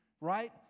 right